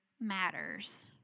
matters